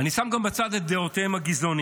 אני שם בצד גם את דעותיהם הגזעניות.